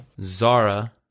Zara